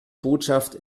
botschaft